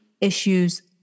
issues